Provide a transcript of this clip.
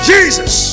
Jesus